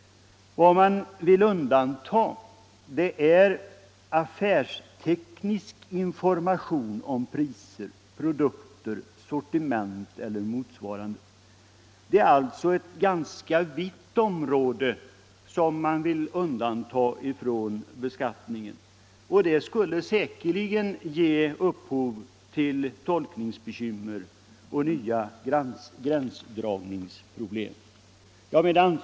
Vad man vill undanta är ”affärsteknisk information om priser, produkter, sortiment eller motsvarande”. Det är alltså ett ganska vitt område de vill undanta från beskattningen, och ett bifall till reservationen skulle säkerligen ge upphov till tolkningsbekymmer och nya gränsdragningsproblem. Herr talman!